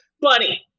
Buddy